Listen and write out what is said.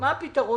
מה הפתרון